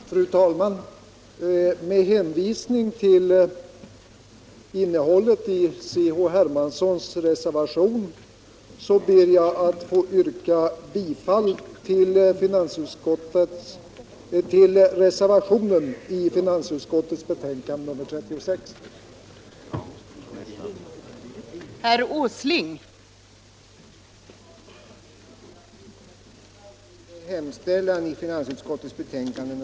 Stödåtgärder på Fru talman! Med hänvisning till innehållet i C.-H. Hermanssons re = fiskets område, servation vid finansutskottets betänkande nr 36 ber jag att få yrka bifall m.m. till den reservationen.